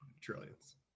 trillions